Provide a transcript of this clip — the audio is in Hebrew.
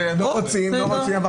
לא רוצים ולא רוצים,